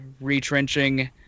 retrenching